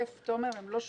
בשוטף, תומר, הן לא שומעות,